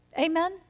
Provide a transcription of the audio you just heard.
Amen